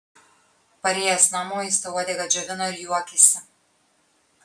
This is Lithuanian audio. parėjęs namo jis tą uodegą džiovino ir juokėsi